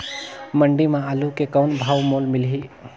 मंडी म आलू के कौन भाव मोल मिलही?